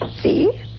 See